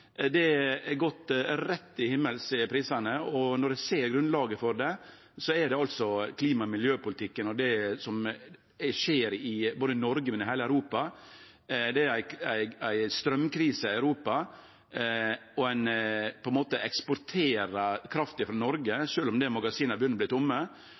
er gått rett til himmels, og når ein ser grunnlaget for det, er det altså klima- og miljøpolitikken og det som skjer både i Noreg og i heile Europa. Det er ei straumkrise i Europa, og ein eksporterer kraft frå Noreg, sjølv om magasina begynner å bli tomme,